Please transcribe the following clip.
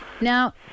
Now